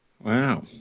Wow